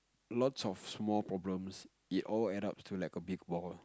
lots of small problems it all adds up to like a big ball